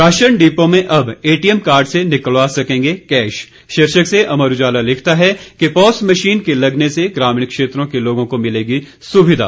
ration depot में अब ATM card से निकलवा सकेंगे कैश शीर्षक से अमर उजाला लिखता है कि पॉस मशीन के लगने से ग्रामीण क्षेत्रों के लोगों को मिलेगी सुविधा